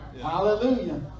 hallelujah